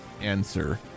answer